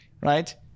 right